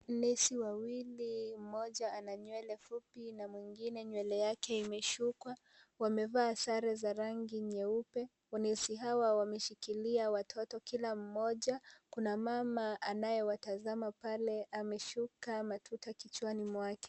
Nesi wawili mmoja ana nywele fupi na mwingine nywele yake imeshukwa, wamevaa sare za rangi nyeupe. Wanesi hawa wameshikilia watoto kila mmoja, kuna mama anayewatazama pale ameshuka matuta kichwani mwake.